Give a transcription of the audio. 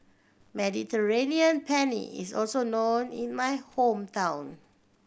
Mediterranean Penne is also known in my hometown